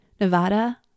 Nevada